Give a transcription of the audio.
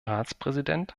ratspräsident